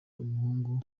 umuhungu